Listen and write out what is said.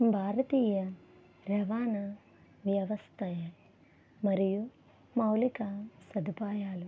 భారతీయ రవాణా వ్యవస్థ మరియు మౌలిక సదుపాయాలు